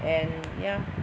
and ya